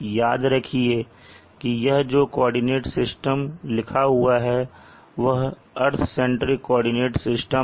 याद रखिए की यह जो कोऑर्डिनेट सिस्टम लिखा हुआ हैं वह अर्थ सेंटर कोऑर्डिनेट सिस्टम है